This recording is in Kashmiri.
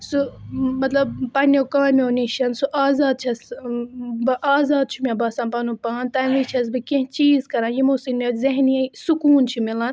سُہ مطلب پَننیٛو کامیٛو نِش سُہ آزاد چھیٚس ٲں بہٕ آزاد چھُ مےٚ باسان پَنُن پان تَمہِ وِز چھیٚس بہٕ کیٚنٛہہ چیٖز کَران یِمو سۭتۍ مےٚ ذہنی سُکوٗن چھُ میلان